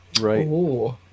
Right